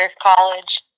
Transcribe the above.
college